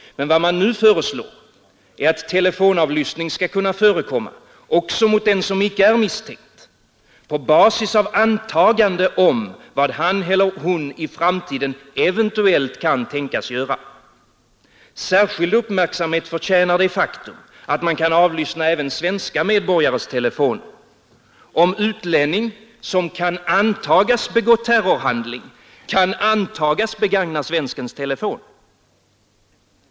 Vad man nu föreslår är att telefonavlyssning skall kunna förekomma också mot den som icke är misstänkt, på basis av antagande om vad han eller hon i framtiden eventuellt kan tänkas göra. Särskild uppmärksamhet förtjänar det faktum att man kan avlyssna även svenska medborgares telefoner — om utlänning som kan antagas begå terrorhandling, kan antagas begagna svenskens telefon.